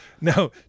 No